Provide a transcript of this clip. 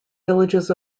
villages